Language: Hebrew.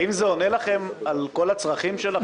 האם זה עונה על כל הצרכים שלכם?